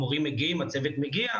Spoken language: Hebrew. המורים מגיעים והצוות מגיע,